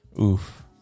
Oof